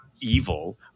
evil